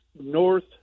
north